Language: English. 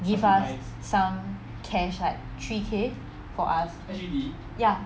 give us some cash like three K for us ya